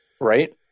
Right